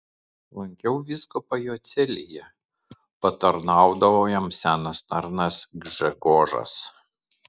lankiau vyskupą jo celėje patarnaudavo jam senas tarnas gžegožas